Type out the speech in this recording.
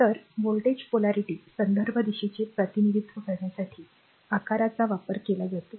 तर व्होल्टेज polarityपोलारीटी संदर्भ दिशेचे प्रतिनिधित्व करण्यासाठी आकाराचा वापर केला जातो